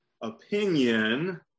opinion